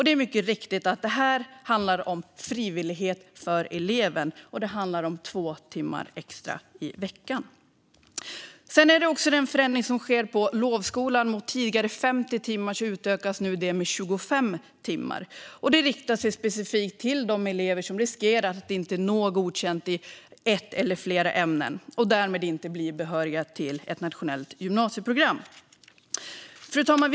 Det är mycket riktigt så att det här handlar om frivillighet för eleven, och det handlar om två timmar extra i veckan. Den förändring som sker i lovskolan är att den utökas med ytterligare 25 timmar utöver de tidigare 50 timmarna. Detta riktas specifikt till de elever som riskerar att inte nå godkänt i ett eller flera ämnen och därmed inte bli behöriga till ett nationellt gymnasieprogram. Fru talman!